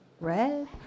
red